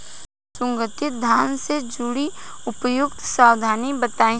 सुगंधित धान से जुड़ी उपयुक्त सावधानी बताई?